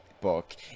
book